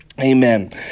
Amen